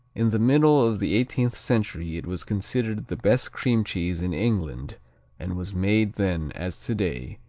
in the middle of the eighteenth century it was considered the best cream cheese in england and was made then, as today,